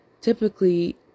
Typically